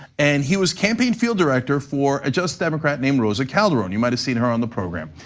and he was campaign field director for a just democrat named rosa calderon. you might have seen her on the program,